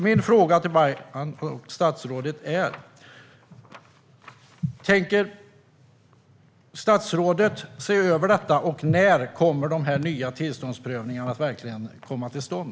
Min fråga till statsrådet är: Tänker statsrådet se över detta, och när kommer de nya tillståndsprövningarna att verkligen komma till stånd?